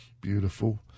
Beautiful